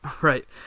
Right